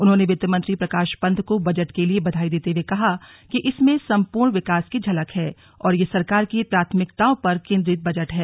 उन्होंने वित्त मंत्री प्रकाश पंत को बजट के लिए बधाई देते हुए कहा कि इसमें संपूर्ण विकास की झलक है और यह सरकार की प्राथमिकताओं पर केंद्रित बजट है